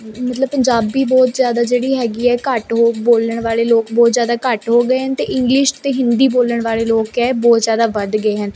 ਮਤਲਬ ਪੰਜਾਬੀ ਬਹੁਤ ਜ਼ਿਆਦਾ ਜਿਹੜੀ ਹੈਗੀ ਹੈ ਘੱਟ ਹੋ ਬੋਲਣ ਵਾਲੇ ਲੋਕ ਬਹੁਤ ਜ਼ਿਆਦਾ ਘੱਟ ਹੋ ਗਏ ਨ ਅਤੇ ਇੰਗਲਿਸ਼ ਅਤੇ ਹਿੰਦੀ ਬੋਲਣ ਵਾਲੇ ਲੋਕ ਹੈ ਬਹੁਤ ਜ਼ਿਆਦਾ ਵੱਧ ਗਏ ਹਨ